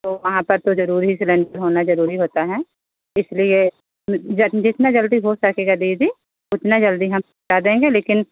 तो वहाँ पर तो ज़रूरी ही सिलेण्डर होना ज़रूरी होता है इसलिए जब जितना जल्दी हो सकेगा दीदी उतना जल्दी हम पहुँचा देंगे लेकिन